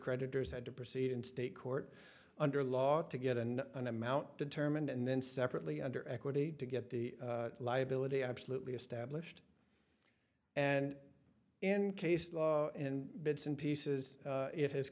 creditors had to proceed in state court under law to get and an amount determined and then separately under equity to get the liability absolutely established and in case in bits and pieces it has